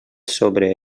sobre